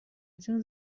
جون